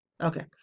Okay